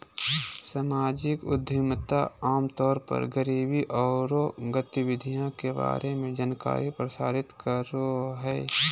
सामाजिक उद्यमिता आम तौर पर गरीबी औरो गतिविधि के बारे में जानकारी प्रसारित करो हइ